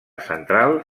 central